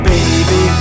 Baby